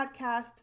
podcast